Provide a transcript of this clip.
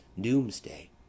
doomsday